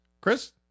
Chris